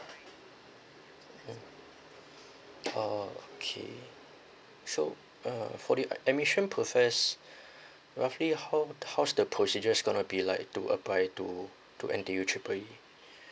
orh okay so uh for the admission process roughly how how's the procedure is gonna be like to apply to to N_T_U triple E